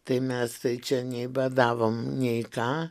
tai mes čia nei badavom nei ką